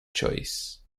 choice